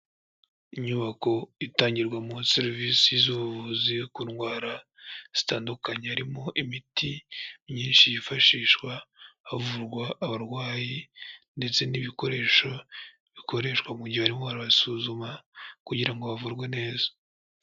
Inyubako itangirwamo serivisi z'ubuvuzi ku ndwara zitandukanye harimo imiti myinshi yifashishwa havurwa abarwayi ndetse n'ibikoresho bikoreshwa mu gihe barimo barabasuzuma kugira ngo bavurwe neza.